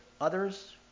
others